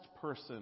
person